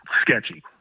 sketchy